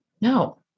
no